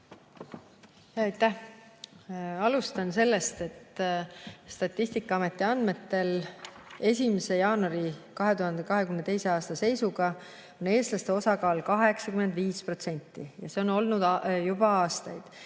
Aitäh! Alustan sellest, et Statistikaameti andmetel oli 1. jaanuari 2022. aasta seisuga eestlaste osakaal 85% ja see on olnud nii juba aastaid. Nüüd